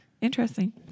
Interesting